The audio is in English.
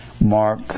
Mark